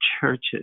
churches